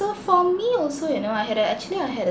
so for me also you know I had a actually I had a